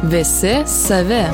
visi savi